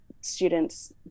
students